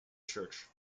church